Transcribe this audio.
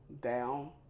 down